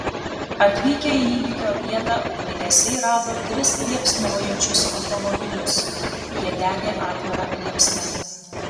atvykę į įvykio vietą ugniagesiai rado tris liepsnojančius automobilius jie degė atvira liepsna